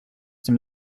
dem